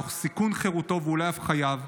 תוך סיכון חירותו ואולי אף חייו,